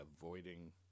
avoiding